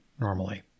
normally